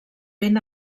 ben